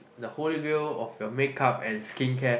the holy grail of your make up and skin care